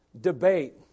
debate